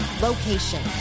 location